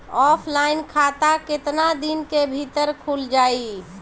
Offline खाता केतना दिन के भीतर खुल जाई?